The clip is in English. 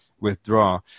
withdraw